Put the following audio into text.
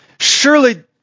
surely